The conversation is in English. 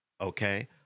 Okay